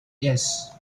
yes